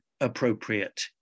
appropriate